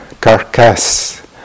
carcass